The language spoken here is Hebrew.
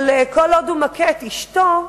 אבל כל עוד הוא מכה את אשתו,